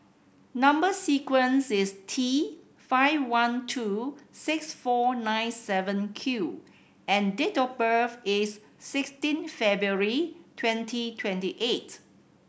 number sequence is T five one two six four nine seven Q and date of birth is sixteen February twenty twenty eight